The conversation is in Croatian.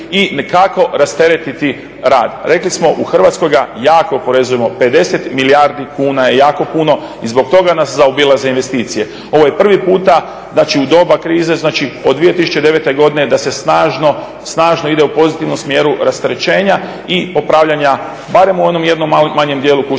i kako rasteretiti rad. Rekli smo u Hrvatskoj ga jako oporezujemo 50 milijardi kuna je jako puno i zbog toga nas zaobilaze investicije. Ovo je prvi puta znači u dobra krize, znači od 2009. godine da se snažno ide u pozitivnom smjeru rasterećenja i popravljanja barem u onom jednom manjem dijelu kućnog